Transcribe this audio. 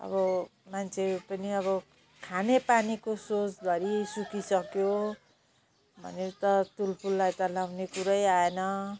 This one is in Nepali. अब मान्छे पनि अब खाने पानीको स्रोतधरि सुकिसक्यो भनेर त तुलफुललाई त लगाउने कुरा आएन